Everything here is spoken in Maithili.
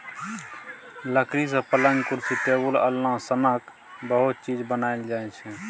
लकड़ी सँ पलँग, कुरसी, टेबुल, अलना सनक बहुत चीज बनाएल जाइ छै